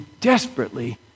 desperately